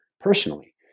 personally